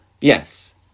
yes